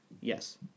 Yes